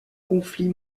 conflit